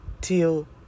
till